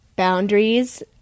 boundaries